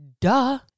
duh